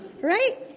Right